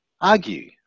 argue